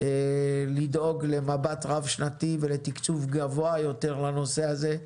לדאוג למבט רב שנתי ולתקצוב גבוה יותר לנושא הזה,